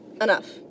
enough